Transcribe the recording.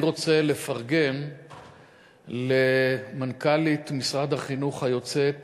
אני רוצה לפרגן למנכ"לית משרד החינוך היוצאת,